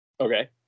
Okay